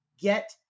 get